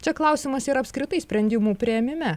čia klausimas yra apskritai sprendimų priėmime